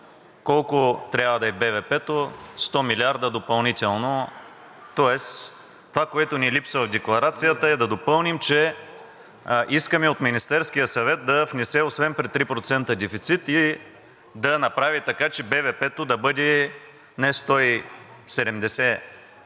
колко трябва да е БВП, 100 милиарда допълнително. Тоест това, което ни липсва в Декларацията, е да допълним, че искаме от Министерския съвет да внесе освен при 3% дефицит, да направи и така, че БВП да бъде не 170